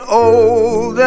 old